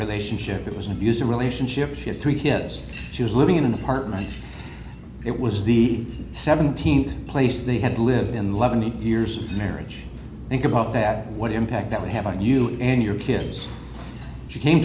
relationship it was an abusive relationship she had three kids she was living in an apartment it was the seventeenth place they had lived in love in the years marriage think about that what impact that would have on you and your kids she came